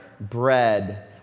bread